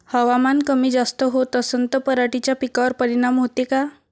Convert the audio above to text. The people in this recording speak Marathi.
हवामान कमी जास्त होत असन त पराटीच्या पिकावर परिनाम होते का?